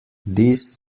this